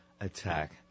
attack